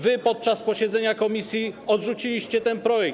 Wy podczas posiedzenia komisji odrzuciliście ten projekt.